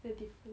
beautiful